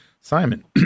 Simon